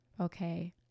okay